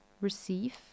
receive